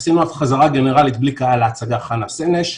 עשינו חזרה גנרלית בלי קהל להצגה 'חנה סנש',